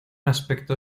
aspecto